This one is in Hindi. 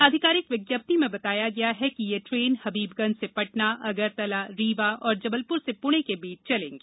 आधिकारिक विज्ञप्ति में बताया गया है कि ये ट्रेन हबीबगंज से पटना अगरतलारीवा और जबलपुर से पूणे के बीच चलेंगी